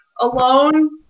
alone